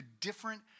different